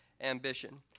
ambition